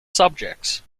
subjects